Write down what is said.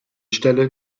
stelle